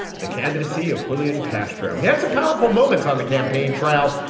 the candidacy of julian castro, he had some powerful moments on the campaign trail,